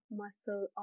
muscle